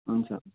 हुन्छ